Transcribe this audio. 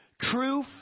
True